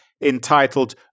entitled